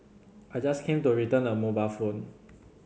I just came to return a mobile phone